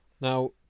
Now